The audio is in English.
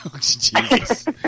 Jesus